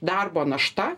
darbo našta